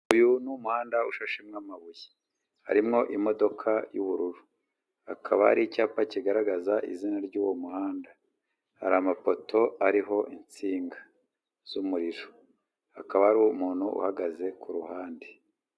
Uyu ni umuhanda ushashemo amabuye, harimo imodoka y'ubururu. Hakaba hari icyapa kigaragaza izina ry'uwo muhanda, hari amapoto ariho insinga z'umuriro. Hakaba hari umuntu uhagaze ku ruhande.